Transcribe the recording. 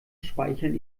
speichern